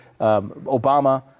Obama